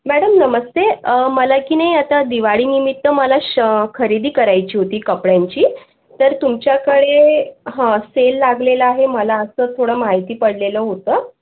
madam नमस्ते मला की नाही आता दिवाळीनिमित्त मला शॉ खरेदी करायची होती कपड्यांची तर तुमच्याकडे हं सेल लागलेला आहे मला असं थोडं माहिती पडलेलं होतं